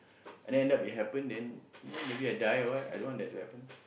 and then end up it happen then you know maybe I die or what I don't want that to happen